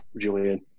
Julian